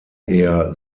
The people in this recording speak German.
eher